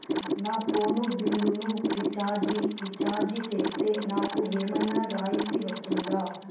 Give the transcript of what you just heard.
నా ఫోను బిల్లును recharge recharge సేస్తే, నాకు ఏమన్నా రాయితీ వస్తుందా?